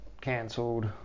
cancelled